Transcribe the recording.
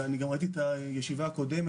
ואני גם ראיתי את הישיבה הקודמת,